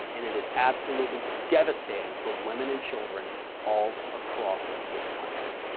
and it is absolutely devastating for women and children all across this country.